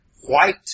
white